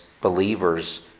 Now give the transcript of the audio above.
believers